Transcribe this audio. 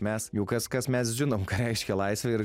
mes jau kas kas mes žinom ką reiškia laisvė ir